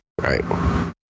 Right